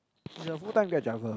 he's a full time Grab driver